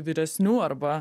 vyresnių arba